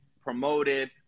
promoted